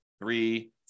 three